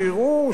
שיראו,